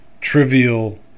trivial